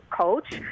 coach